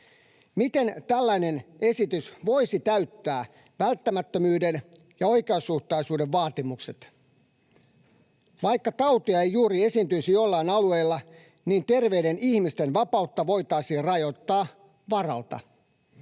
Miten tällainen esitys voisi täyttää välttämättömyyden ja oikeasuhtaisuuden vaatimukset? Vaikka tautia ei juuri esiintyisi joillain alueilla, niin terveiden ihmisten vapautta voitaisiin rajoittaa varalta.